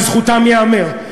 לזכותם ייאמר,